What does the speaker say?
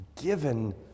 given